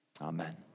Amen